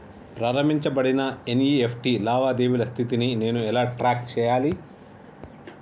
ప్రారంభించబడిన ఎన్.ఇ.ఎఫ్.టి లావాదేవీల స్థితిని నేను ఎలా ట్రాక్ చేయాలి?